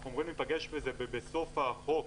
אנחנו אמורים להיפגש בסוף החוק,